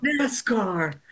NASCAR